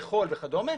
לחול וכדומה,